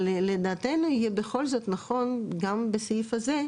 אבל לדעתנו יהיה בכל זאת נכון גם בסעיף הזה,